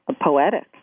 poetic